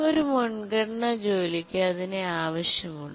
ഒരു മുൻഗണന ജോലിക്ക് അതിനെ ആവശ്യമുണ്ട്